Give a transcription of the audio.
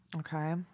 Okay